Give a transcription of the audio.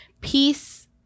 Peace